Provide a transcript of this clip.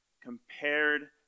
compared